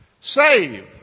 save